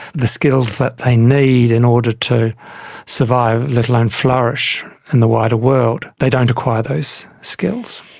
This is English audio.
the skills that they need in order to survive, let alone flourish in the wider world, they don't acquire those skills.